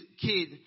kid